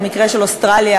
במקרה של אוסטרליה,